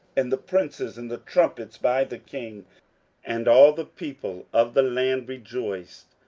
and the princes and the trumpets by the king and all the people of the land rejoiced,